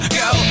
go